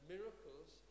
Miracles